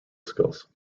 skills